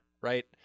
right